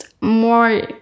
more